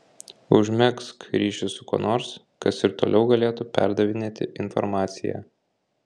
užmegzk ryšį su kuo nors kas ir toliau galėtų perdavinėti informaciją